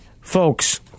Folks